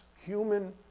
Human